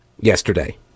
yesterday